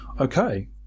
Okay